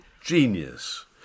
genius